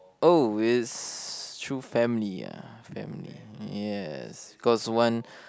oh it's through family ya family yes cause one